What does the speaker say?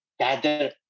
Gather